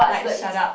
like shut up